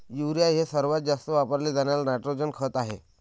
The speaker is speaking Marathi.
युरिया हे सर्वात जास्त वापरले जाणारे नायट्रोजन खत आहे